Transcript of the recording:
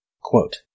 Quote